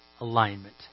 alignment